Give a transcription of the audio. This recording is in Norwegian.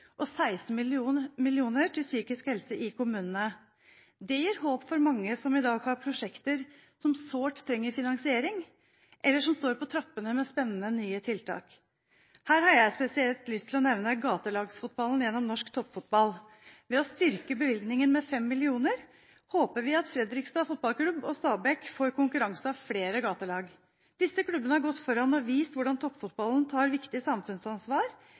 og 16 mill. kr til psykisk helse i kommunene. Det gir håp for mange som i dag har prosjekter som man sårt trenger finansiering til, eller som har på trappene spennende, nye tiltak. Her har jeg spesielt lyst til å nevne gatelagsfotballen gjennom Norsk Toppfotball. Ved å styrke bevilgningen med 5 mill. kr håper vi at Fredrikstad Fotballklubb og Stabæk Fotball får konkurranse av flere gatelag. Disse klubbene har gått foran og vist hvordan toppfotballen tar viktig samfunnsansvar,